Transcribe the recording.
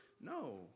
No